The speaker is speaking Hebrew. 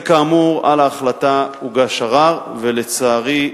וכאמור, על ההחלטה הוגש ערר, ולצערי,